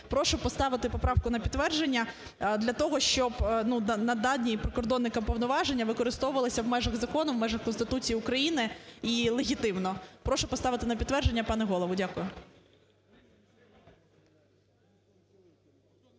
Прошу поставити поправку на підтвердження для того, щоб дані прикордонникам повноваження використовувалися в межах закону, в межах Конституції України і легітимно. Прошу поставити на підтвердження, пане Голово. Дякую.